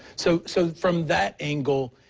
so so from that angle,